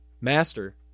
Master